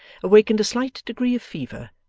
awakened a slight degree of fever,